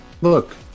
Look